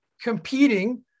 competing